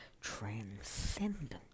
transcendent